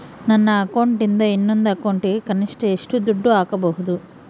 ನನ್ನ ಅಕೌಂಟಿಂದ ಇನ್ನೊಂದು ಅಕೌಂಟಿಗೆ ಕನಿಷ್ಟ ಎಷ್ಟು ದುಡ್ಡು ಹಾಕಬಹುದು?